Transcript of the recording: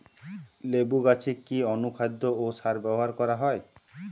লেবু গাছে কি অনুখাদ্য ও সার ব্যবহার করা হয়?